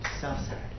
self-centered